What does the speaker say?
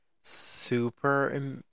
super